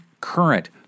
current